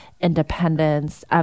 independence